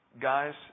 guys